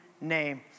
name